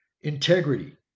Integrity